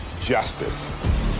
justice